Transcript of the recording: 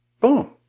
Boom